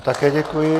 Také děkuji.